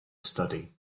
study